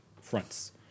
fronts